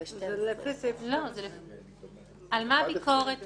זה לפי סעיף 11. על מה הביקורת תבוצע?